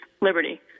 liberty